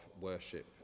worship